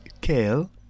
kale